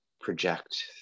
project